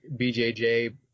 BJJ